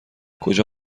کجا